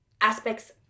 aspects